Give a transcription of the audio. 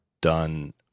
done